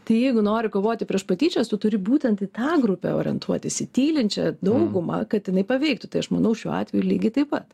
tai jeigu nori kovoti prieš patyčias tu turi būtent į tą grupę orientuotis į tylinčią daugumą kad jinai paveiktų tai aš manau šiuo atveju lygiai taip pat